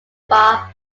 bar